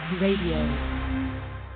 Radio